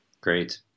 Great